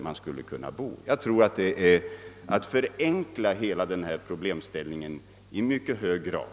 Att se saken på det sättet tror jag är att förenkla hela den här problemställningen i mycket hög grad.